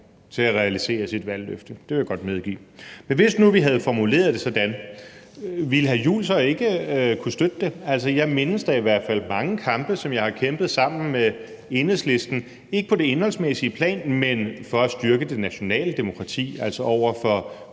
til at realisere sit valgløfte. Det vil jeg godt medgive. Men hvis nu vi havde formuleret det sådan, ville hr. Christian Juhl så ikke kunne støtte det? Jeg mindes da i hvert mange kampe, som jeg har kæmpet sammen med Enhedslisten, ikke på det indholdsmæssige plan, men for at styrke det nationale demokrati, altså over for